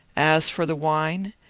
as for the wine,